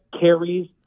carries